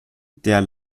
der